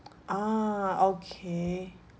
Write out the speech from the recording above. ah okay